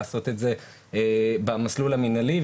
לעשות את זה במסלול המינהלי,